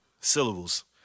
Syllables